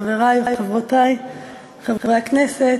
חברי וחברותי חברי הכנסת,